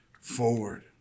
forward